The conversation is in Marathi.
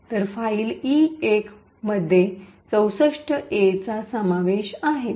तर फाईल ई१ मध्ये ६४ A चा समावेश आहे